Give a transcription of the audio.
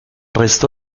resto